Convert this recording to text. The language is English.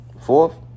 Fourth